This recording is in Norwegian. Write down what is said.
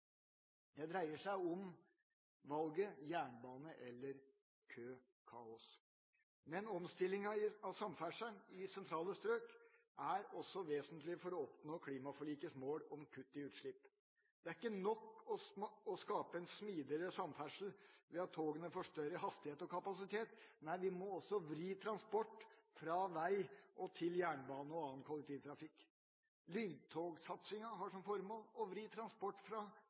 Det dreier seg om valget: jernbane eller køkaos? Omstillingen av samferdselen i sentrale strøk er også vesentlig for å oppnå klimaforlikets mål om kutt i utslipp. Det er ikke nok å skape en smidigere samferdsel ved at togene får større hastighet og kapasitet – nei, vi må også vri transport fra vei til jernbane og annen kollektivtrafikk. Lyntogsatsingen har som formål å vri transport fra